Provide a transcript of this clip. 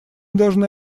должны